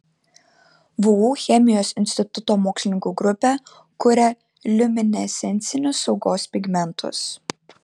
vu chemijos instituto mokslininkų grupė kuria liuminescencinius saugos pigmentus